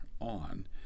on